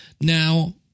now